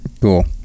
Cool